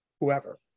whoever